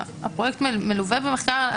הפרויקט מלווה במחקר.